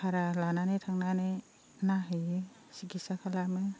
भारा लानानै थांनानै नाहैयो सिखिसा खालामो